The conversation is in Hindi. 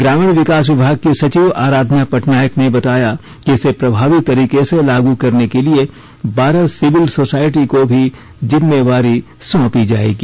ग्रामीण विकास विभाग की सचिव आराधना पटनायक ने बताया कि इसे प्रभावी तरीके से लागू करने के लिए बारह सिविल सोशायटी को भी जिम्मेदारी सौंपी जाएगी